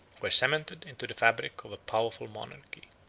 were cemented into the fabric of a powerful monarchy.